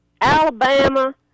Alabama